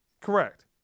Correct